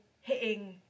hitting